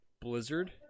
blizzard